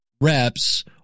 reps